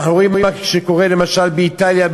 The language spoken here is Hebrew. אנחנו רואים מה קורה למשל באיטליה,